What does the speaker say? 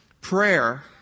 Prayer